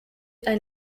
ein